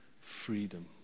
freedom